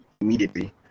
immediately